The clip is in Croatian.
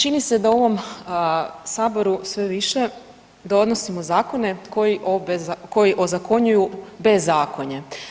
Čini se da u ovom Saboru sve više donosimo zakone koji ozakonjuju bezakonje.